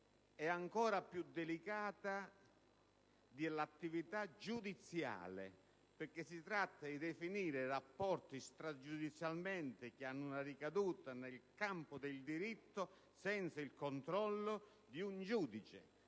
è ancora più delicata dell'attività giudiziale, perché si tratta di definire stragiudizialmente rapporti che hanno una ricaduta nel campo del diritto, senza il controllo di un giudice.